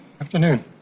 Afternoon